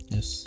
Yes